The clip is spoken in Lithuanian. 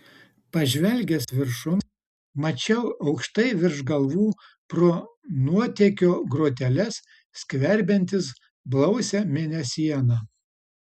pažvelgęs viršun mačiau aukštai virš galvų pro nuotėkio groteles skverbiantis blausią mėnesieną